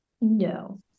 No